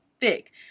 thick